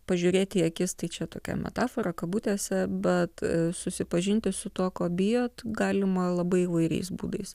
pažiūrėti į akis tai čia tokia metafora kabutėse bet susipažinti su tuo ko bijot galima labai įvairiais būdais